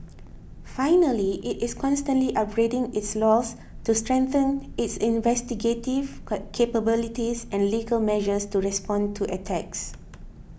finally it is constantly upgrading its laws to strengthen its investigative capabilities and legal measures to respond to attacks